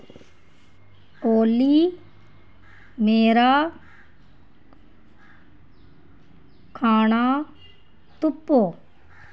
ओली मेरा खाना तुप्पो